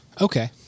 Okay